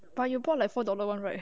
but you bought like four dollar [one] right